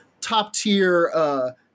top-tier